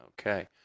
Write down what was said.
okay